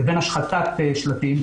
לבין השחתת שלטים,